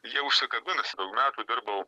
jie užsikabins daug metų dirbau